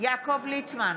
יעקב ליצמן,